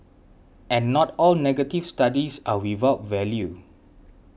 and not all negative studies are without value